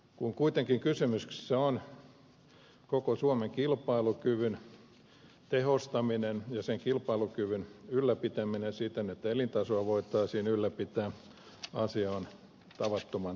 kun kuitenkin kysymyksessä on koko suomen kilpailukyvyn tehostaminen ja sen kilpailukyvyn ylläpitäminen siten että elintasoa voitaisiin ylläpitää asia on tavattoman tärkeä